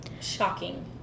Shocking